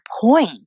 point